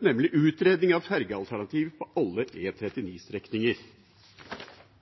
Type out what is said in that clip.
nemlig utredning av fergealternativ på